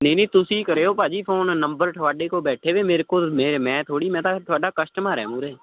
ਨਹੀਂ ਨਹੀਂ ਤੁਸੀਂ ਕਰਿਓ ਭਾਅ ਜੀ ਫ਼ੋਨ ਨੰਬਰ ਤੁਹਾਡੇ ਕੋਲ ਬੈਠੇ ਵੇ ਮੇਰੇ ਕੋਲ ਮੈਂ ਥੋੜ੍ਹੀ ਮੈਂ ਤਾਂ ਤੁਹਾਡਾ ਕਸਟਮਰ ਹੈ ਮੂਹਰੇ